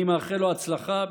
אני מאחל לו הצלחה בתפקידו,